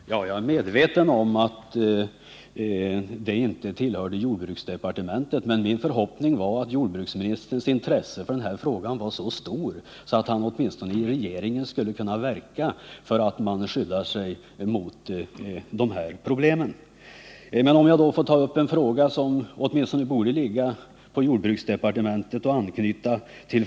Herr talman! Jag är medveten om att vaccineringsfrågan inte tillhör jordbruksdepartementet, men min förhoppning var att jordbruksministerns intresse för denna fråga är så stort att han i regeringen skall kunna verka för att vi skyddar oss mot dessa problem. Jag vill ta upp en annan fråga, som ligger på jordbruksdepartementet.